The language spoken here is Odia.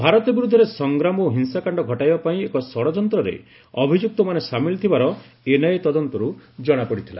ଭାରତ ବିରୁଦ୍ଧରେ ସଂଗ୍ରାମ ଓ ହିଂସାକାଣ୍ଡ ଘଟାଇବା ପାଇଁ ଏକ ଷଢ଼ଯନ୍ତ୍ରରେ ଅଭିଯୁକ୍ତମାନେ ସାମିଲ ଥିବାର ଏନ୍ଆଇଏ ତଦନ୍ତରୁ ଜଣାପଡିଥିଲା